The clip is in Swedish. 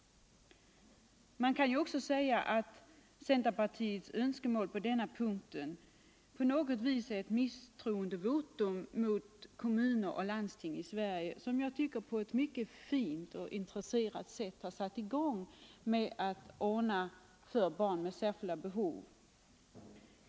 Man kan också säga att centerpartiets önskemål på denna punkt på sätt och vis är ett misstroendevotum mot kommuner och landsting i Sverige, som jag tycker på ett mycket fint och intresserat sätt har satt i gång att ordna Nr 129 för barn med särskilda behov.